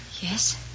Yes